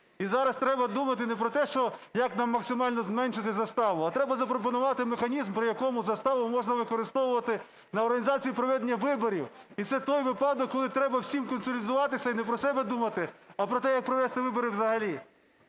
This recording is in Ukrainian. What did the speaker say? І зараз треба думати не про те, що як нам максимально зменшити заставу. А треба запропонувати механізм, при якому заставу можна використовувати на організацію проведення виборів. І це той випадок, коли треба всім консолідуватися. І не про себе думати, а про те, як провести вибори взагалі.